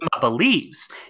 believes